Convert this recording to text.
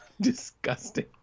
disgusting